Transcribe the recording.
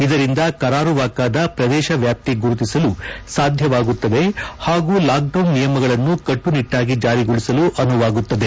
ಇದರಿಂದ ಕುಾರುವಕಾದ ಪ್ರದೇಶ ವ್ಯಾಪ್ತಿ ಗುರುತಿಸಲು ಸಾಧ್ಯವಾಗುತ್ತದೆ ಪಾಗೂ ಲಾಕ್ಡೌನ್ ನಿಯಮಗಳನ್ನು ಕಟ್ಟುನಟ್ಟಾಗಿ ಜಾರಿಗೊಳಿಸಲು ಅನುವಾಗುತ್ತದೆ